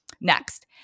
Next